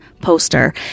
poster